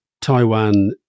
taiwan